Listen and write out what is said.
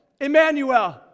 Emmanuel